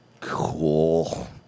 Cool